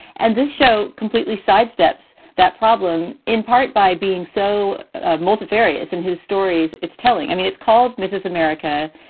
and this show completely sidesteps that problem in part by being so ah multifarious in whose stories it's telling. i mean, it's called mrs. america,